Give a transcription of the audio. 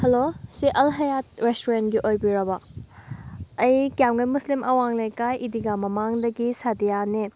hello ꯁꯤ ꯑꯜ ꯍꯌꯥꯠ ꯔꯦꯁꯇꯨꯔꯦꯟꯒꯤ ꯑꯣꯏꯕꯤꯔꯕꯣ ꯑꯩ ꯀ꯭ꯌꯥꯝꯒꯩ ꯃꯨꯁꯂꯤꯝ ꯑꯋꯥꯡ ꯂꯩꯀꯥꯏ ꯏꯗꯤꯡꯒꯥ ꯃꯃꯥꯡꯗꯒꯤ ꯁꯥꯗꯤꯌꯥꯅꯦ